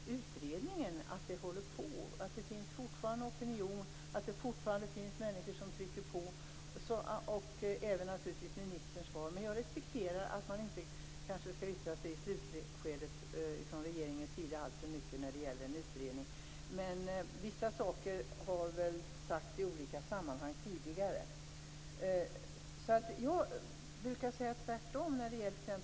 Låt mig sedan säga till Gudrun Lindvall att jag för min del tycker att de akustiska förhållandena här i salen är alldeles utmärkta och att jag därför inte riktigt kan förstå de svårigheter som hon tycks ha med att uppfatta vad jag faktiskt säger. Det är inte så att jag eller regeringen i övrigt saknar uppfattning om djurförsök. Vi har en väldigt tydlig uppfattning, och den finns också mycket tydligt uttryckt i direktiven till utredningen.